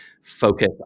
focus